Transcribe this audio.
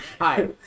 hi